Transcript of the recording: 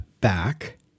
back